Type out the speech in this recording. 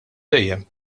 dejjem